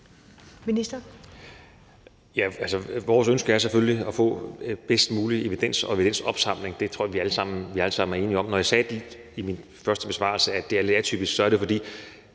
vores ønske er selvfølgelig at få bedst mulig evidens og evidensopsamling. Det tror jeg vi alle sammen er enige om. Når jeg i min første besvarelse sagde, at det er lidt atypisk, er det, fordi